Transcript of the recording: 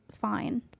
fine